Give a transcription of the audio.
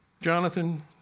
Jonathan